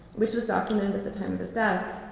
which was documented at the time of his death.